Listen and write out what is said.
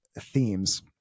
Themes